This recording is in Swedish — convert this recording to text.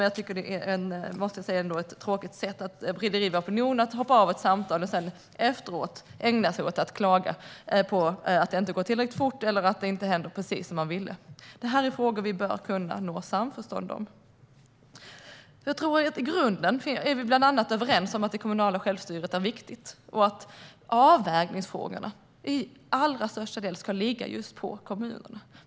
Jag måste säga att jag tycker att det är ett tråkigt sätt att bedriva opinion att hoppa av ett samtal för att sedan ägna sig åt att klaga på att det inte går tillräckligt fort eller inte blev precis som man ville. Detta är frågor vi bör kunna nå samförstånd om. Jag tror att vi i grunden är överens bland annat om att det kommunala självstyret är viktigt och att avvägningsfrågorna till allra största del ska ligga just på kommunerna.